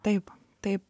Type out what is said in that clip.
taip taip